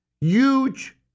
Huge